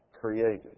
created